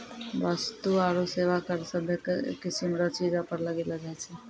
वस्तु आरू सेवा कर सभ्भे किसीम रो चीजो पर लगैलो जाय छै